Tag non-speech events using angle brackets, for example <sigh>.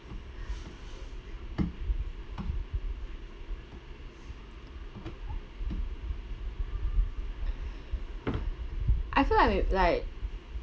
<noise> I feel like it like